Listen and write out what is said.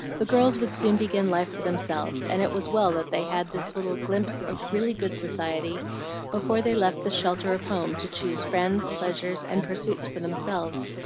the girls would soon begin life for themselves, and it was well that they had this little glimpse of really good society before they left the shelter of home to choose friends, pleasures, and pursuits for themselves,